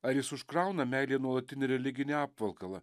ar jis užkrauna meilei nuolatinį religinį apvalkalą